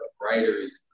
writers